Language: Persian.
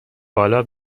بالا